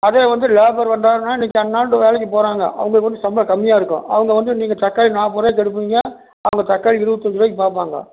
அதே வந்து லேபர் வந்தார்னா அன்னைக்கு அன்னான்டு வேலைக்கு போகறாங்க அவங்களுக்கு வந்து சம்பளம் கம்மியாக இருக்கும் அவங்க வந்து நீங்கள் தக்காளி நாற்பதுருவாய்க்கு எடுப்பீங்க அவங்க தக்காளி இருபத்தஞ்சிருவாய்க்கு பார்ப்பாங்க